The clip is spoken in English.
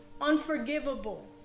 unforgivable